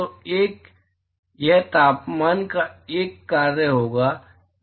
तो यह तापमान का एक कार्य होगा